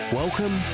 welcome